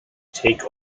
take